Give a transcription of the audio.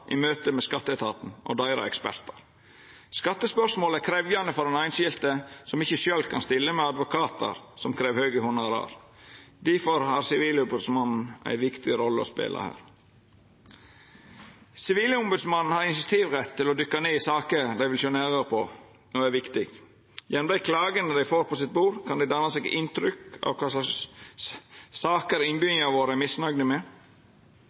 i møte med skatteetaten og ekspertane deira. Skattespørsmål er krevjande for einskilde som ikkje sjølv kan stilla med advokatar som krev høge honorar. Difor har Sivilombodsmannen ei viktig rolle å spela her. Sivilombodsmannen har initiativrett til å dykka ned i saker dei vil sjå nærare på når det er viktig. Gjennom klagene dei får på sitt bord, kan dei danna seg inntrykk av kva slags saker innbyggjarane våre er misnøgde med.